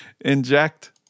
inject